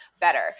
better